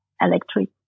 electric